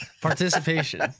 Participation